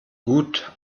gut